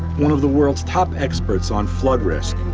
one of the world's top experts on flood risk,